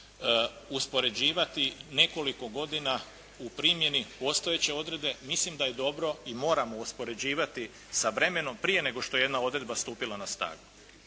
uspoređivati nekoliko godina u primjeni postojeće odredbe. Mislim da je dobro i moramo uspoređivati sa vremenom prije nego što je jedna odredba stupila na snagu.